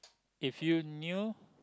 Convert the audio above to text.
if you knew